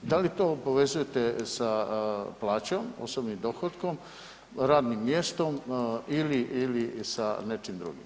Da li to povezujete sa plaćom, osobnim dohotkom, radnim mjestom ili sa nečim drugim?